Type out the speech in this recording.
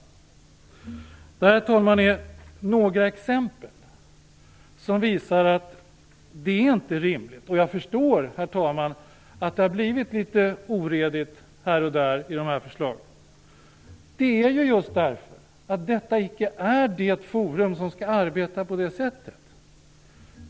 Det här, herr talman, är några exempel som visar att det inte är rimligt, och jag förstår att det har blivit litet oredigt här och där i de här förslagen. Det beror just på att riksdagen icke är ett forum som skall arbeta på det sättet.